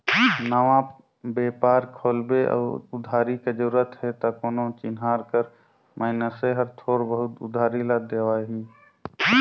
नवा बेपार खोलबे अउ उधारी के जरूरत हे त कोनो चिनहार कर मइनसे हर थोर बहुत उधारी ल देवाही